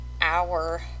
hour